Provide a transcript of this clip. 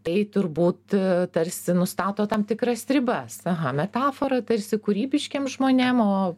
tai turbūt tarsi nustato tam tikras ribas aha metafora tarsi kūrybiškiem žmonėm o